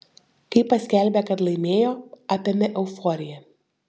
kai paskelbė kad laimėjo apėmė euforija